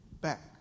back